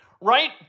right